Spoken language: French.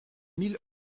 mille